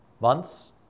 months